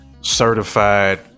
certified